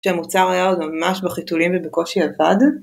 כשהמוצר היה עוד ממש בחיתולים ובקושי עבד